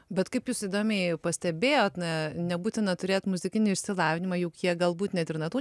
bet kaip jūs įdomiai pastebėjot na nebūtina turėt muzikinį išsilavinimą juk jie galbūt net ir natų